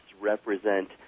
represent